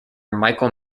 michael